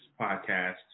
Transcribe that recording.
podcast